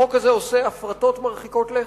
החוק הזה עושה הפרטות מרחיקות לכת,